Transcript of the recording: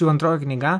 jau antroji knyga